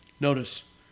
Notice